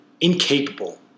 incapable